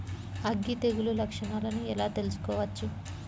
అగ్గి తెగులు లక్షణాలను ఎలా తెలుసుకోవచ్చు?